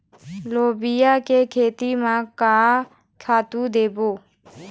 लोबिया के खेती म का खातू देबो?